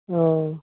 औ